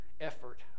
effort